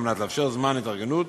על מנת לאפשר זמן התארגנות